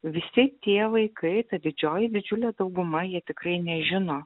visi tie vaikai ta didžioji didžiulė dauguma jie tikrai nežino